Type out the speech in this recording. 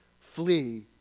Flee